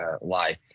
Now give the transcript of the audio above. life